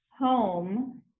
home